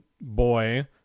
boy